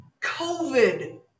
covid